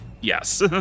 Yes